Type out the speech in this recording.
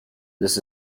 this